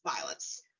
violence